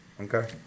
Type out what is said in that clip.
Okay